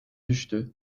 düştü